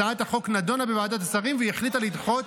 הצעת החוק נדונה בוועדת שרים והיא החליטה לדחות